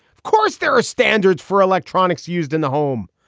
of course there are standards for electronics used in the home.